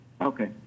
Okay